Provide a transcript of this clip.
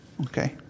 Okay